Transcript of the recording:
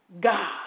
God